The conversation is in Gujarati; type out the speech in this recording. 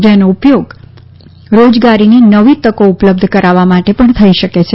જેનો ઉપયોગ રોજગારીની નવી તકો ઉપલબ્ધ કરાવવા માટે પણ થઈ શકે છે